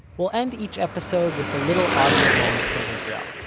we'll end each episode with a little audio moment from israel,